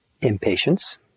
impatience